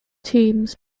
teams